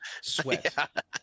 sweat